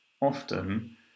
often